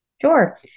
Sure